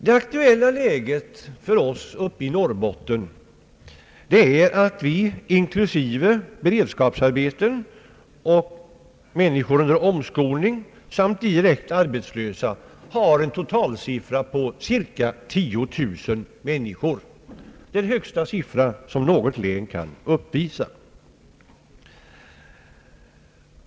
Det aktuella läget för oss uppe i Norrbotten är att vi inklusive beredskapsarbeten, människor under omskolning samt de direkt arbetslösa har en totalsiffra på cirka 10000 människor utan ordnad anställning — den högsta siffra som något län kan uppvisa.